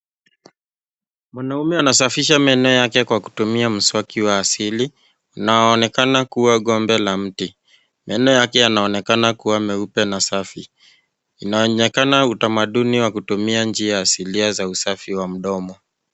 Mwanaume anasafisha meno yake kwa kutumia mswaki wa asili unaoonekana kuwa gombe la mti. Meno yake yanaonekana kuwa meupe na safi . Inaonekana utamaduni wa kutumia njia asilia za usafi wa mdomo.